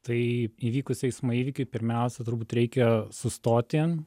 tai įvykus eismo įvykiui pirmiausia turbūt reikia sustoti